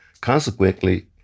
consequently